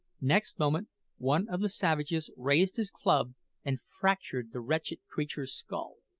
next moment one of the savages raised his club and fractured the wretched creature's skull.